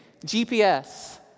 GPS